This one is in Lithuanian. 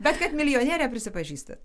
bet kad milijonierė prisipažįstat